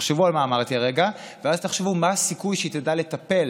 תחשבו על מה שאמרתי הרגע ואז תחשבו מה הסיכוי שהיא תדע לטפל